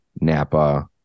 Napa